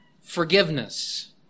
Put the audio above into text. forgiveness